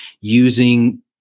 using